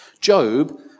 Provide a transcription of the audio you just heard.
Job